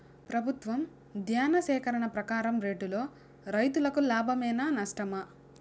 ప్రభుత్వం ధాన్య సేకరణ ప్రకారం రేటులో రైతుకు లాభమేనా నష్టమా?